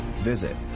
visit